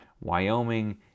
Wyoming